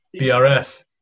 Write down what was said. BRF